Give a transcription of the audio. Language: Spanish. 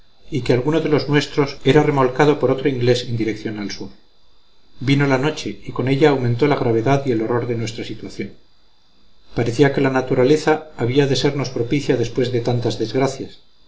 y que alguno de los nuestros era remolcado por otro inglés en dirección al sur vino la noche y con ella aumentó la gravedad y el horror de nuestra situación parecía que la naturaleza había de sernos propicia después de tantas desgracias